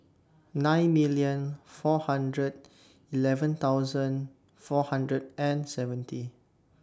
nine million four hundred eleven thousand four hundred and seventy